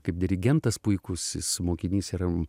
kaip dirigentas puikus jis mokinys ir